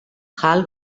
hall